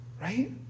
right